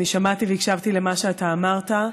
אני שמעתי והקשבתי למה שאתה אמרת,